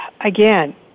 again